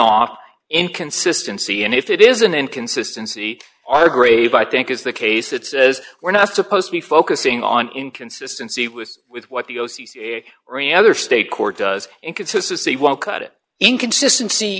off inconsistency and if it is an inconsistency our grave i think is the case it says we're not supposed to be focusing on inconsistency with with what the o c or any other state court does inconsistency won't cut it inconsistency